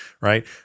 right